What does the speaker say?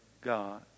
God